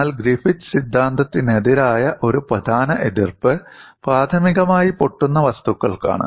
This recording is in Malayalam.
എന്നാൽ ഗ്രിഫിത്ത് സിദ്ധാന്തത്തിനെതിരായ ഒരു പ്രധാന എതിർപ്പ് പ്രാഥമികമായി പൊട്ടുന്ന വസ്തുക്കൾക്കാണ്